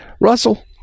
russell